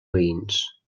veïns